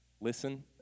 Listen